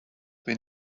been